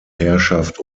herrschaft